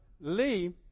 Lee